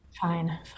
fine